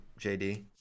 JD